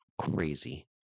crazy